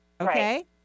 Okay